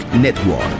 Network